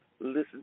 listen